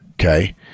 Okay